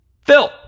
Phil